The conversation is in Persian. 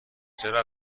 چرا